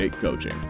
Coaching